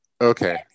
Okay